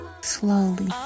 Slowly